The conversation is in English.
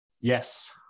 Yes